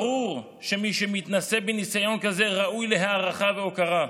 ברור שמי שמתנסה בניסיון כזה ראוי להערכה ולהוקרה,